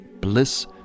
bliss